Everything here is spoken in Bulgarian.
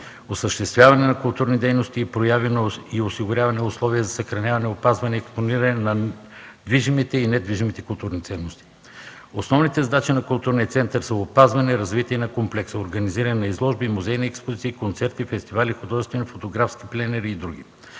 осъществяване на културни дейности и прояви и осигуряване на условия за съхраняване, опазване и експониране на движимите и недвижимите културни ценности. Основните задачи на Културния център са опазване и развитие на комплекса, организиране на изложби, музейни експозиции, концерти, фестивали, художествени и фотографски пленери и други,